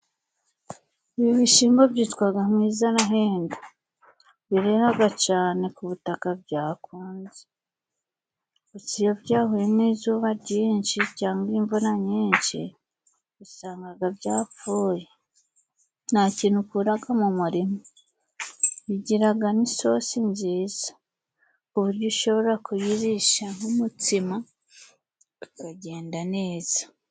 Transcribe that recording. Ibi bishimbo byitwaga mwiza arahenda． Bireraga cyane ku butaka byakunze iyo byahuye n'izuba ryinshi cyangwa imvura nyinshi usangaga byapfuye nta kintu ukuraga mu murima， bigiraga n'isosi nziza ku buryo ushobora kuyirisha nk'umutsima bikagenda neza.